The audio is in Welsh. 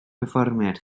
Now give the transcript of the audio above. perfformiad